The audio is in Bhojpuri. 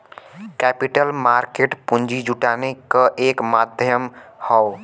कैपिटल मार्केट पूंजी जुटाने क एक माध्यम हौ